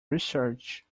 research